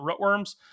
rootworms